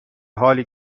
حالی